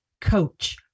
coach